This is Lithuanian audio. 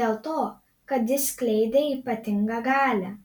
dėl to kad jis skleidė ypatingą galią